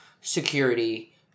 security